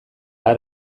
har